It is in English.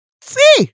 See